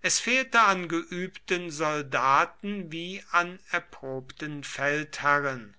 es fehlte an geübten soldaten wie an erprobten feldherren